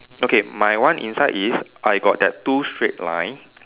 okay my one inside is I got that two straight line